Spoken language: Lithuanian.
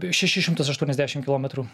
šešis šimtus aštuoniasdešim kilometrų